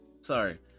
sorry